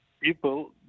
people